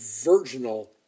virginal